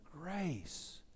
grace